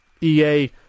EA